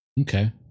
Okay